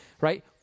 right